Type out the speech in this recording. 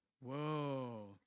Whoa